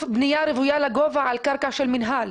בנייה רוויה לגובה על קרקע של מינהל.